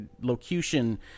locution